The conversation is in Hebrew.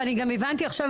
ואני גם הבנתי עכשיו,